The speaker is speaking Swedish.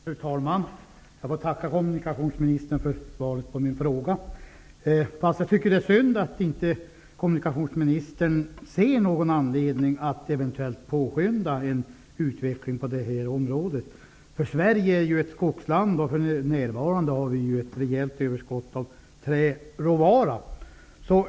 Fru talman! Jag får tacka kommunikationsministern för svaret på min fråga. Men det är synd att inte kommunikationsministern ser någon anledning till att eventuellt påskynda en utveckling på det här området. Sverige är ju ett skogsland, och för närvarande har vi ju ett rejält överskott av träråvara.